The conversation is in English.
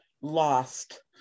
lost